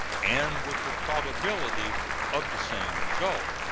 and with the probability of the same result.